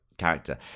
character